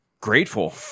grateful